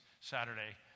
Saturday